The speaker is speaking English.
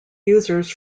users